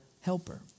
helper